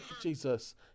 Jesus